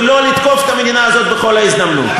ולא לתקוף את המדינה הזאת בכל הזדמנות.